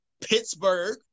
Pittsburgh